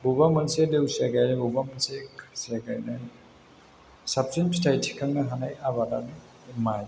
बबबा मोनसे देवसिया गायो बबबा मोनसे खासिया गायनाङो साबसिन फिथाइ थिखांनो हानाय आबादानो माय